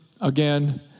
again